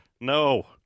No